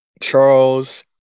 Charles